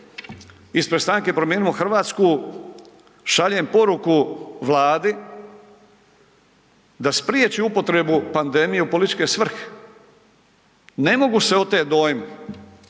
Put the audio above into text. ispred Stranke Promijenimo Hrvatsku šaljem poruku Vladi da spriječi upotrebu pandemije u političke svrhe. Ne mogu se otet dojmu